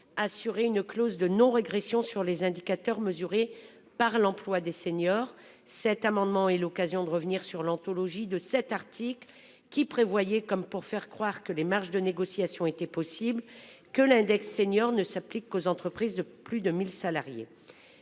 assurer une clause de non-régression sur les indicateurs mesurés par l'emploi des seniors. Cet amendement est l'occasion de revenir sur l'anthologie de cet article qui prévoyait comme pour faire croire que les marges de négociation était possible que l'index senior ne s'applique qu'aux entreprises de plus de 1000 salariés.